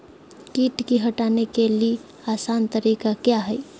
किट की हटाने के ली आसान तरीका क्या है?